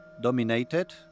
dominated